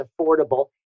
affordable